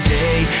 day